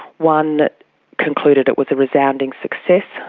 one concluded it was a resounding success,